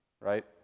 Right